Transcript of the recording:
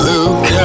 Look